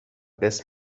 قسط